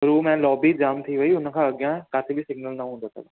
room ऐं lobby जामु थी वई हुन खां अॻियां किथे बि सिगनल न हूंदो अथव